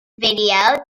video